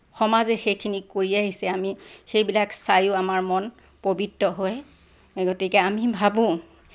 সমাজে সেইখিনি কৰি আহিছে আমি সেইবিলাক চাইও আমাৰ মন পবিত্ৰ হয় গতিকে আমি ভাবোঁ